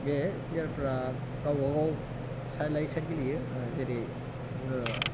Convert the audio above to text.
बे प्लेयार फोरा गावबागाव साइड लायै साइड गेलेयो जेरै